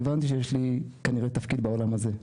הבנתי שיש לי כנראה תפקיד בעולם הזה.